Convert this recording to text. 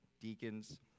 deacons